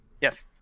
Yes